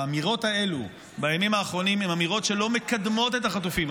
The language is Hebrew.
האמירות האלה בימים האחרונים הן אמירות שלא מקדמות את החטופים,